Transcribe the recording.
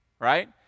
right